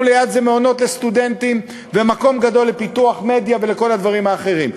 ליד זה מעונות לסטודנטים ומקום גדול לפיתוח מדיה ולכל הדברים האחרים.